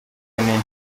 ubwibone